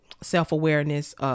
self-awareness